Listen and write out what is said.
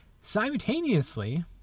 Simultaneously